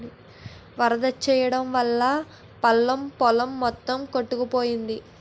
వరదొచ్చెయడం వల్లా పల్లం పొలం మొత్తం కొట్టుకుపోయింది